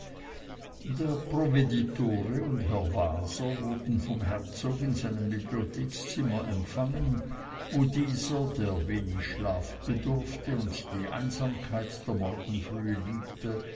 der provveditore und herr waser wurden vom herzog in seinem bibliothekzimmer empfangen wo dieser der wenig schlaf bedurfte und die einsamkeit der morgenfrühe liebte